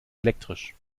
elektrisch